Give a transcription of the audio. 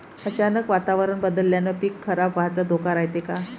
अचानक वातावरण बदलल्यानं पीक खराब व्हाचा धोका रायते का?